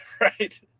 right